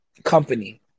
company